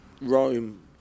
Rome